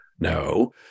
No